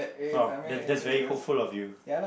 !wow! that that's very hopeful of you